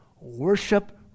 worship